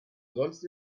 umsonst